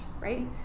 right